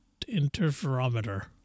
interferometer